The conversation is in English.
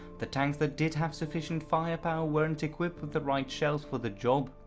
the tanks that did have sufficient firepower weren't equipped with the right shells for the job.